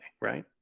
right